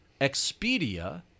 Expedia